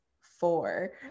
four